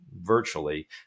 virtually